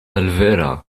malvera